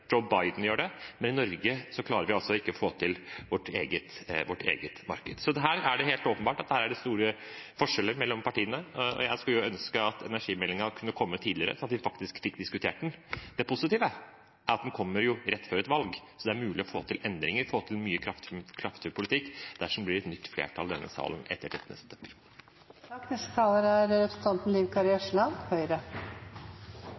men i Norge klarer vi altså ikke å få til vårt eget marked. Så her er det helt åpenbart at det er store forskjeller mellom partiene. Jeg skulle ønske at energimeldingen kunne kommet tidligere, slik at vi faktisk fikk diskutert den. Det positive er at den kommer rett før et valg, så det er mulig å få til endringer og få til mye kraftigere politikk dersom det blir et nytt flertall i denne salen etter